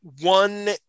one